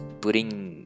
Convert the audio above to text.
putting